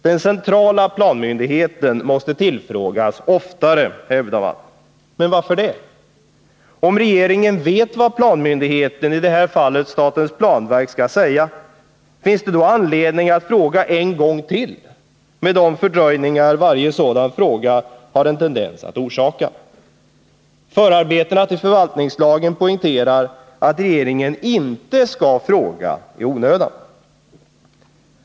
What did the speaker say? Den centrala planmyndigheten måste tillfrågas oftare, hävdar man. Men varför det? Om regeringen vet vad planmyndigheten — i det här fallet statens planverk — skall säga, finns det då anledning att fråga en gång till med den fördröjning varje sådan fråga har en tendens att orsaka? Förarbetena till förvaltningslagen poängterar att regeringen inte skall fråga i onödan.